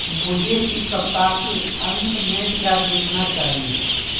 मुझे इस सप्ताह के अंत में क्या देखना चाहिए